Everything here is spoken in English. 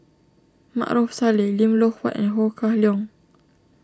Maarof Salleh Lim Loh Huat and Ho Kah Leong